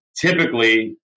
typically